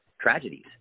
tragedies